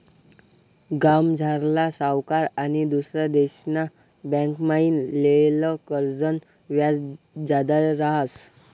गावमझारला सावकार आनी दुसरा देशना बँकमाईन लेयेल कर्जनं व्याज जादा रहास